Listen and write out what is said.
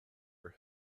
are